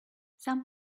some